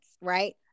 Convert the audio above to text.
right